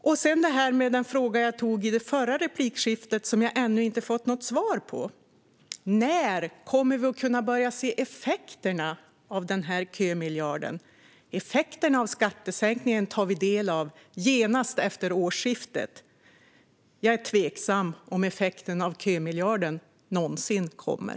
Jag ställde en fråga i förra replikskiftet som jag inte fick något svar på: När kommer vi att börja kunna se effekterna av kömiljarden? Effekten av skattesänkningen tar vi del av genast efter årsskiftet. Jag är tveksam till om effekten av kömiljarden någonsin kommer.